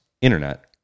internet